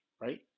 right